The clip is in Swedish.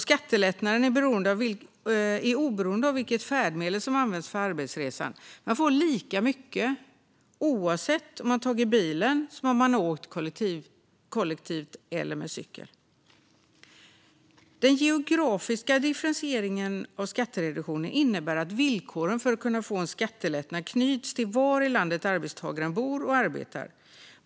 Skattelättnaden är oberoende av vilket färdmedel som använts för arbetsresan; man får lika mycket oavsett om man tagit bilen, åkt kollektivt eller tagit cykeln. Den geografiska differentieringen av skattereduktionen innebär att villkoren för att kunna få en skattelättnad knyts till var i landet arbetstagaren bor och arbetar.